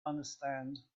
understand